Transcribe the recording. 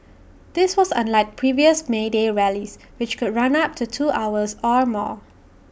this was unlike previous may day rallies which could run up to two hours or more